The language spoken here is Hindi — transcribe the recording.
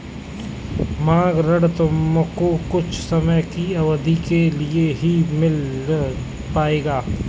मांग ऋण तुमको कुछ समय की अवधी के लिए ही मिल पाएगा